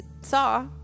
saw